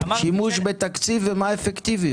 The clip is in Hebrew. שימוש בתקציב ומה האפקטיביות.